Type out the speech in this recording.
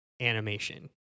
animation